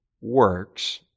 works